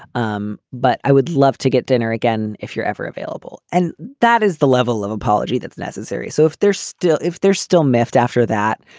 um but i would love to get dinner again if you're ever available, and that is the level of apology that's necessary. so if there's still if there's still miffed after that,